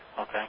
Okay